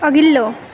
अघिल्लो